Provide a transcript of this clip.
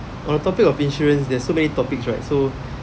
on the topic of insurance there's so many topics right so